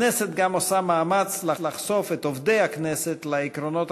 הכנסת גם עושה מאמץ לחשוף את עובדי הכנסת לעקרונות